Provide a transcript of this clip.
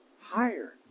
higher